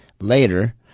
later